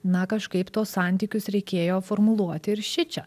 na kažkaip tuos santykius reikėjo formuluoti ir šičia